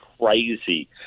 Crazy